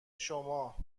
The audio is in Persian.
شما